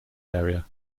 area